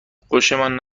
خوشمان